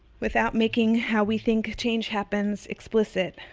without making how we think change happens explicit,